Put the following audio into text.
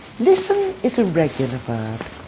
listen is a regular verb.